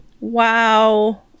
wow